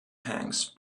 hanks